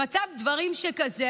במצב דברים שכזה,